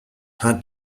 had